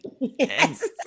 Yes